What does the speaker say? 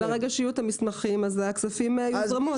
שברגע שיהיו את המסמכים אז הכספים יוזרמו,